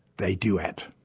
they duet.